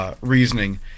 reasoning